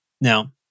Now